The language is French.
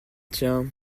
tiens